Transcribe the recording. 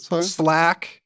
Slack